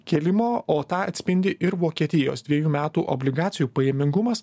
kėlimo o tą atspindi ir vokietijos dvejų metų obligacijų pajamingumas